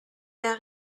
der